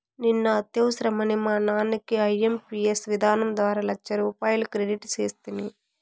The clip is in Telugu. నిన్న అత్యవసరమని మా నాన్నకి ఐఎంపియస్ విధానం ద్వారా లచ్చరూపాయలు క్రెడిట్ సేస్తిని